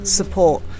support